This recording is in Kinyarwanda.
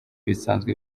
bisanzwe